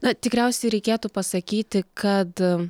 na tikriausiai reikėtų pasakyti kad